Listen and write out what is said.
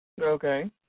Okay